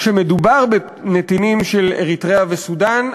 כשמדובר בנתינים של אריתריאה וסודאן,